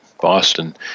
Boston